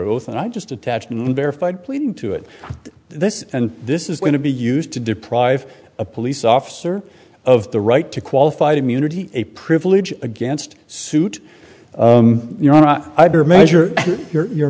oath and i just attach and verified pleading to it this and this is going to be used to deprive a police officer of the right to qualified immunity a privilege against suit your measure your